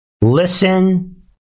Listen